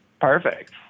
Perfect